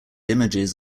images